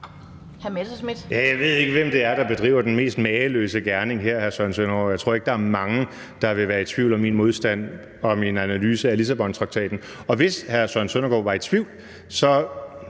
Jeg ved ikke, hvem det er, der bedriver den mest mageløse gerning her, hr. Søren Søndergaard. Jeg tror ikke, der er mange, der vil være i tvivl om min modstand og min analyse af Lissabontraktaten. Nu svigter min korttidshukommelse